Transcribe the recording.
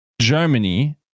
Germany